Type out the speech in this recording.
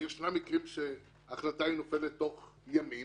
שיש מקרים שההחלטה נופלת בתוך ימים,